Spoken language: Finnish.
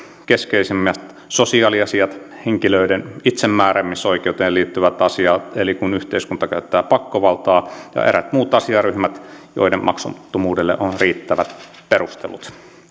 keskeisimmät sosiaaliasiat henkilöiden itsemääräämisoikeuteen liittyvät asiat eli kun yhteiskunta käyttää pakkovaltaa ja eräät muut asiaryhmät joiden maksuttomuudelle on riittävät perustelut